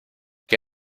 qué